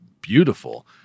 beautiful